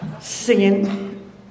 singing